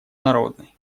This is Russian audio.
народной